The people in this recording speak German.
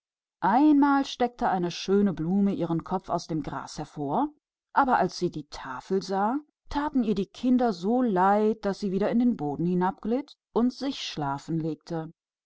einmal steckte eine schöne blume ihr köpfchen aus dem gras hervor aber als sie die warnungstafel sah war sie so betrübt um die kinder daß sie wieder in den boden hineinschlüpfte und